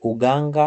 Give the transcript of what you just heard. Uganga